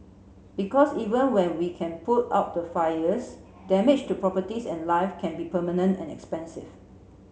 because even when we can put out the fires damage to properties and live can be permanent and expensive